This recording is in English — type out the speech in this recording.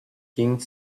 king